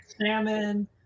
salmon